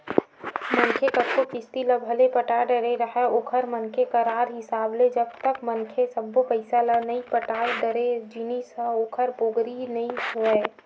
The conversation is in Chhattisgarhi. मनखे कतको किस्ती ल भले पटा डरे राहय ओखर मन के करार हिसाब ले जब तक मनखे सब्बो पइसा ल नइ पटा डरय जिनिस ह ओखर पोगरी नइ होवय